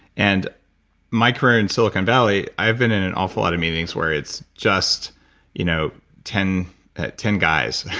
and my career in silicon valley, i've been in an awful lot of meetings where it's just you know ten ten guys.